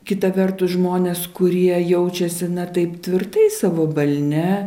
kita vertus žmonės kurie jaučiasi na taip tvirtai savo balne